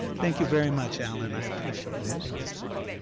thank you very much alan, i appreciate it, it was fun.